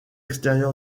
extérieur